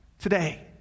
today